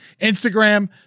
Instagram